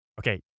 okay